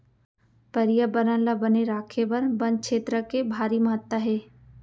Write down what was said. परयाबरन ल बने राखे बर बन छेत्र के भारी महत्ता हे